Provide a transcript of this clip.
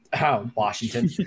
Washington